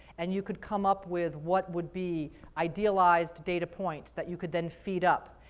and you could come up with what would be idealized data points that you could then feed up,